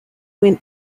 went